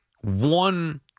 one